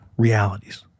realities